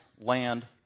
land